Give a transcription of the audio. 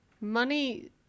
Money